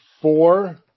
four